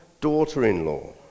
daughter-in-law